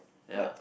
ya